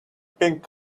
pink